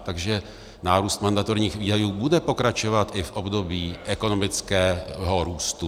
Takže nárůst mandatorních výdajů bude pokračovat i v období ekonomického růstu.